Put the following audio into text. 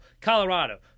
Colorado